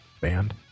band